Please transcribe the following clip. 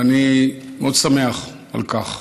ואני מאוד שמח על כך,